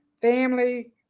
family